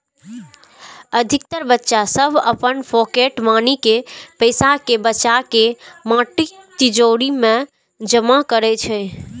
अधिकतर बच्चा सभ अपन पॉकेट मनी के पैसा कें बचाके माटिक तिजौरी मे जमा करै छै